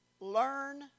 learn